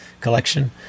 collection